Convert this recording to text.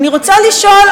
אני רוצה לשאול,